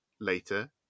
Later